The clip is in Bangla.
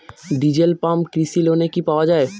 ডিজেল পাম্প কৃষি লোনে কি পাওয়া য়ায়?